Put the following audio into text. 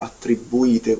attribuite